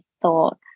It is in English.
thought